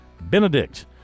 Benedict